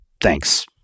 Thanks